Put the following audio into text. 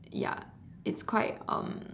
ya it's quite um